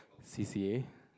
C C A